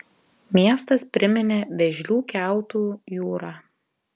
miestas priminė vėžlių kiautų jūrą